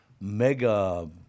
mega